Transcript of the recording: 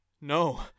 No